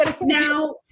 Now